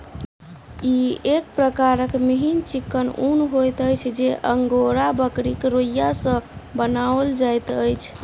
ई एक प्रकारक मिहीन चिक्कन ऊन होइत अछि जे अंगोरा बकरीक रोंइया सॅ बनाओल जाइत अछि